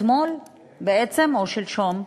אתמול או שלשום,